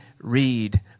read